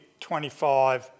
25